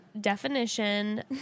definition